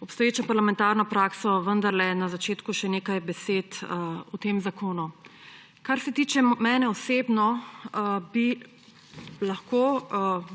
obstoječo parlamentarno prakso vendarle na začetku še nekaj besed o tem zakonu. Kar se tiče mene osebno, bi lahko